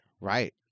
right